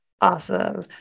Awesome